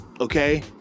okay